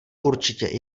určitě